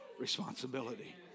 responsibility